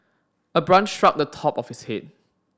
a branch struck the top of his head